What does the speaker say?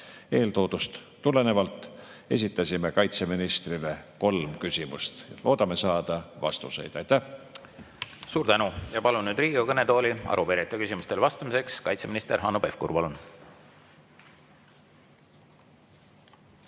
Eeltoodust tulenevalt esitasime kaitseministrile kolm küsimust ja loodame saada vastuseid. Aitäh! Suur tänu! Palun nüüd Riigikogu kõnetooli arupärijate küsimustele vastama kaitseminister Hanno Pevkuri.